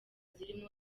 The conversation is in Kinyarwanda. zirimo